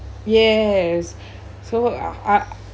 yes so I